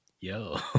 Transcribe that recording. yo